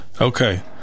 Okay